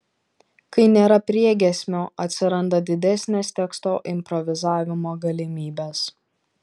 kai nėra priegiesmio atsiranda didesnės teksto improvizavimo galimybės